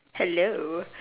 hello